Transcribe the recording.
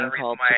called